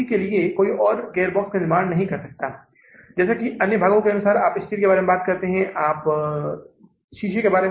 तो यह जुलाई के महीने के लिए हमारा समापन नकद शेष है यह जुलाई के महीने के लिए समापन नकदी शेष है स्पष्ट है